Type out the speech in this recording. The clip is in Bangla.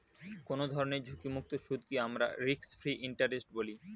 কোনো ধরনের ঝুঁকিমুক্ত সুদকে আমরা রিস্ক ফ্রি ইন্টারেস্ট বলি